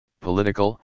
political